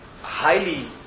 highly